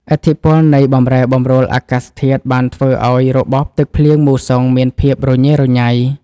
ឥទ្ធិពលនៃបម្រែបម្រួលអាកាសធាតុបានធ្វើឱ្យរបបទឹកភ្លៀងមូសុងមានភាពរញ៉េរញ៉ៃ។